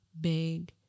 big